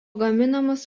gaminamas